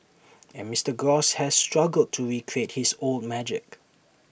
and Mister gross has struggled to recreate his old magic